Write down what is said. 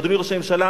אדוני ראש הממשלה,